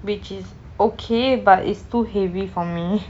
which is okay but it's too heavy for me